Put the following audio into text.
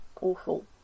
awful